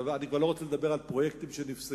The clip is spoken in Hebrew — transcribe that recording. אני כבר לא רוצה לדבר על פרויקטים שנפסקו,